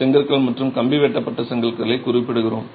செங்கற்கள் மற்றும் கம்பி வெட்டப்பட்ட செங்கற்களைக் குறிப்பிடுகிறோம்